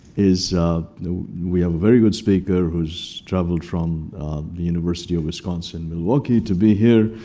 is we have a very good speaker who's traveled from the university of wisconsin milwaukee to be here.